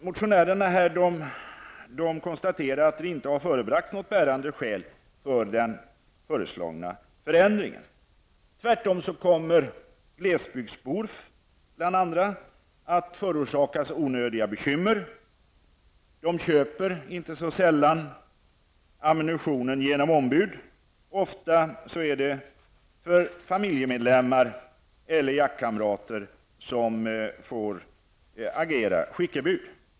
Motionärerna anser alltså att det inte förebragts något bärande skäl för den föreslagna förändringen. Tvärtom kan förändringen, framför allt i glesbygd förorsaka onödiga bekymmer. Inte så sällan köper glesbygdsbor ammunition genom ombud. Ofta är det familjemedlemmar eller jaktkamrater som får agera skickebud.